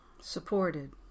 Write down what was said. Supported